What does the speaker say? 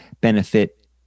benefit